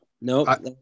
No